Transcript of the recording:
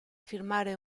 firmare